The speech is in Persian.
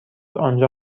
آنجا